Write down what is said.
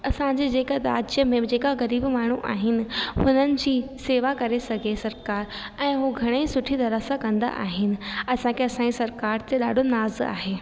असांजे जेका राज्य में जेका ग़रीब माण्हू आहिनि हुननि जी शेवा करे सघे सरकार ऐं हो घणेई सुठी तरह सां कंदा आहिनि असांखे असांजी सरकार ते ॾाढो नाज़ आहे